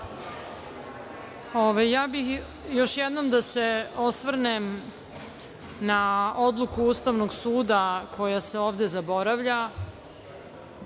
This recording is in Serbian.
Ja bih još jednom da se osvrnem na odluku Ustavnog suda koja se ovde zaboravlja